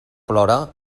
plora